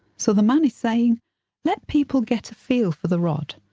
so the man is saying let people get a feel for the rod,